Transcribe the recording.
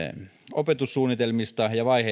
opetussuunnitelmista ja vaiheittaisesta